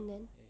and then